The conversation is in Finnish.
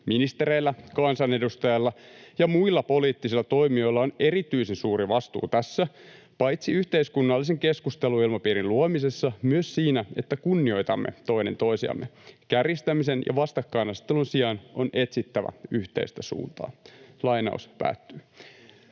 Ministereillä, kansanedustajilla ja muilla poliittisilla toimijoilla on erityisen suuri vastuu tässä — paitsi yhteiskunnallisen keskusteluilmapiirin luomisessa myös siinä, että kunnioitamme toinen toisiamme. Kärjistämisen ja vastakkainasettelun sijaan on etsittävä yhteistä suuntaa.” Millaista